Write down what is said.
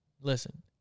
Listen